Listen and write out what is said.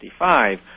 1965